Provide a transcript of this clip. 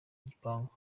igipangu